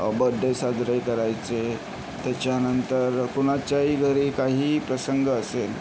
birthday साजरे करायचे त्याच्यानंतर कुणाच्याही घरी काहीही प्रसंग असेल